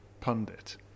pundit